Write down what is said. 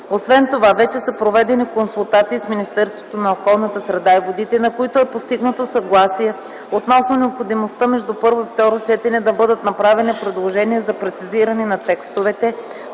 Освен това, вече са проведени консултации с Министерството на околната среда и водите, на които е постигнато съгласие относно необходимостта между първо и второ четене да бъдат направени предложения за прецизиране на текстовете,